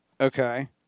Okay